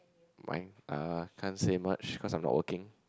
why uh can't say much cause I am not working